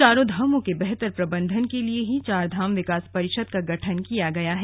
चारों धामों के बेहतर प्रबन्धन के लिये ही चारधाम विकास परिषद का गठन किया गया है